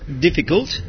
difficult